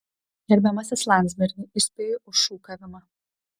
gerbiamasis landsbergi įspėju už šūkavimą